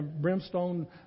brimstone